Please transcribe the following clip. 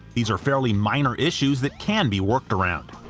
these are fairy minor issues that can be worked around.